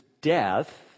death